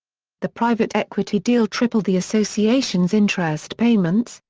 the private equity deal tripled the association's interest payments,